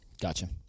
Gotcha